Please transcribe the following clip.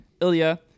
Ilya